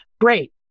Great